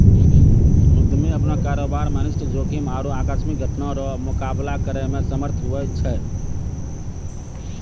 उद्यमी अपनो कारोबार मे अनिष्ट जोखिम आरु आकस्मिक घटना रो मुकाबला करै मे समर्थ हुवै छै